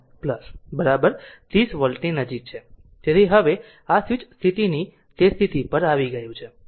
તેથી હવે સ્વીચ આ સ્થિતિથી તે સ્થિતિ પર આવી ગયું છે